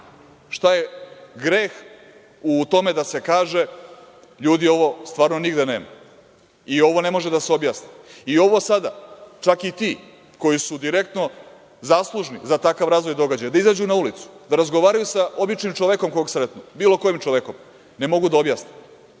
Šta je greh u tome da se kaže – ljudi, ovo stvarno nigde nema i ovo ne može da se objasni? Ovo sada čak i ti koji su direktno zaslužni za takav razvoj događaja, da izađu na ulicu, da razgovaraju sa običnim čovekom kog sretnu, bilo kojim čovekom, ne mogu da objasne